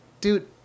dude